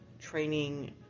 training